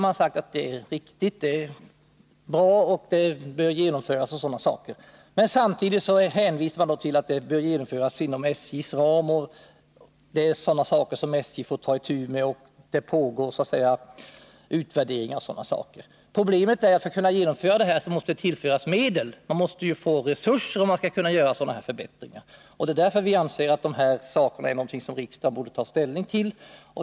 Man säger att det är riktigt, det är bra, det bör genomföras osv., men samtidigt hänvisar man till att det bör genomföras inom SJ:s ram, det är saker som SJ får ta itu med, det pågår utvärderingar och sådana saker. Problemet är att för att man skall kunna genomföra förbättringar måste man få resurser, och det är därför vi anser att detta är någonting som riksdagen borde ta ställning till.